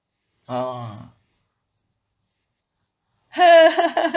oo